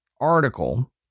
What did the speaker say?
article